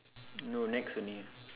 no Nex only